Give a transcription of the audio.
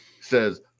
says